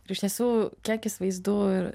ir iš tiesų kiekis vaizdų ir